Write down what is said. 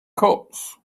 cups